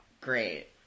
Great